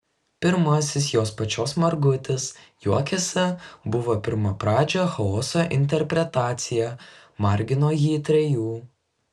pirmasis jos pačios margutis juokiasi buvo pirmapradžio chaoso interpretacija margino jį trejų